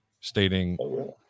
stating